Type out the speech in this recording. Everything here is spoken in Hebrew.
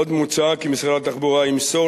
עוד מוצע כי משרד התחבורה ימסור